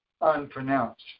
unpronounced